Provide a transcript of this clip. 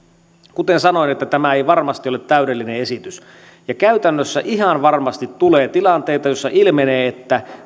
kuten sanoin että tämä ei varmasti ole täydellinen esitys ja käytännössä ihan varmasti tulee tilanteita joissa ilmenee että